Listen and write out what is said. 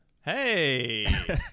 Hey